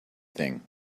thing